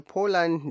Poland